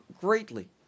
greatly